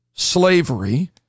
slavery